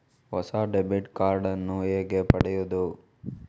ಹೊಸ debit card ನ್ನು ಹೇಗೆ ಪಡೆಯುದು?